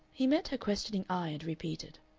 he met her questioning eye, and repeated,